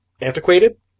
antiquated